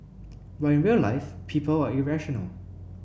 but in real life people are irrational